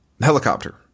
helicopter